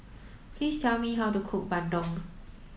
please tell me how to cook Bandung